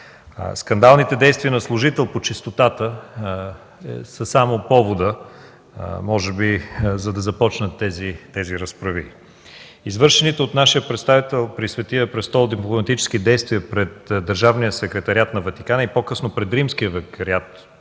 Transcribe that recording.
Скандалните действия на служителя по чистотата са може би само поводът, за да започнат тези разправии. Извършените от нашия представител при Светия престол дипломатически действия пред държавния секретариат на Ватикана, и по-късно пред Римския викариат